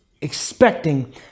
expecting